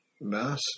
Master